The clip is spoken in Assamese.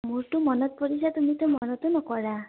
মোৰতো মনত পৰিছো তুমিতো মনতে নকৰা